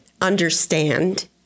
understand